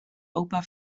opa